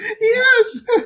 Yes